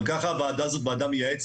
גם ככה הוועדה הזאת היא ועדה מייעצת.